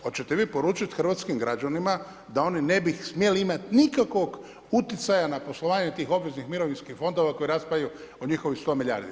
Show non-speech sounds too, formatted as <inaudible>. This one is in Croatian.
Hoćete vi poručiti hrvatskim građanima, da oni ne bi smijali imati nikakvog utjecaja na poslovanje tih obveznih mirovinskih fondova, koje … <unintelligible> o njihovih 100 milijardi.